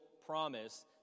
promise